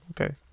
Okay